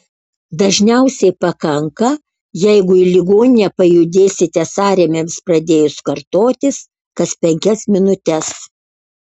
dažniausiai pakanka jeigu į ligoninę pajudėsite sąrėmiams pradėjus kartotis kas penkias minutes